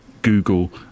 google